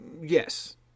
Yes